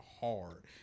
hard